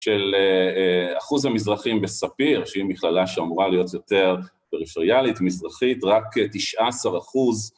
של אחוז המזרחים בספיר שהיא מכללה שאמורה להיות יותר פריפריאלית, מזרחית, רק תשעה עשר אחוז